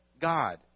God